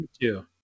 two